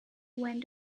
went